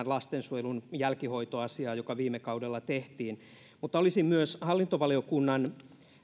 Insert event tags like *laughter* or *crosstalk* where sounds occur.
*unintelligible* lastensuojelun jälkihoitoasiaan joka viime kaudella tehtiin olisin myös hallintovaliokunnan